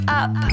up